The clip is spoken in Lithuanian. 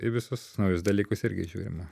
į visus naujus dalykus irgi žiūrima